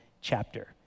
chapter